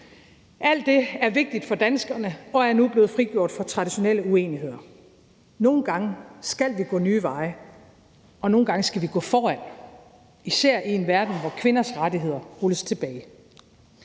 Alt det er vigtigt for danskerne, og det er nu blevet frigjort fra de traditionelle uenigheder. Nogle gange skal vi gå nye veje, og nogle gange skal vi gå foran, især i en verden, hvor kvinders rettigheder rulles tilbage.